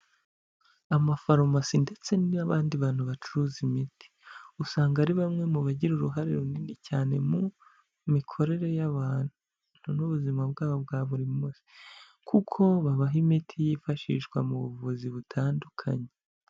Amafarumasi ndetse n'abandi bantu bacuruza imiti, usanga ari bamwe mu bagira uruhare runini cyane mu mikorere y'abantu n'ubuzima bwabo bwa buri munsi, kuko babaha imiti yifashishwa mu buvuzi butandukanye.